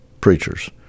preachers